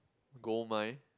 Gold Mine